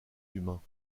humains